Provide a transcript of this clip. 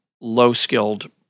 low-skilled